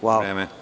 Hvala.